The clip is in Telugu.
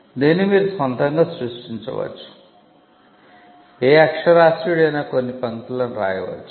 దీన్ని మీరు మీ స్వంతంగా సృష్టించవచ్చు ఏ అక్షరాస్యుడైనా కొన్ని పంక్తులను రాయ వచ్చు